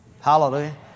Hallelujah